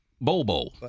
Bobo